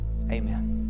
Amen